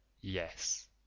yes